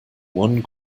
one